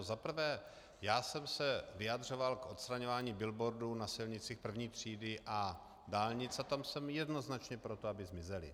Za prvé jsem se vyjadřoval k odstraňování billboardů na silnicích první třídy a dálnic a tam jsem jednoznačně pro to, aby zmizely.